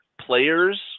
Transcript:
players